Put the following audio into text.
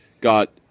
got